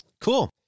Cool